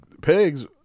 pigs